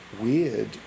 weird